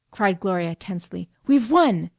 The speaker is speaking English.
cried gloria tensely, we've won!